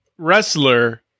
Wrestler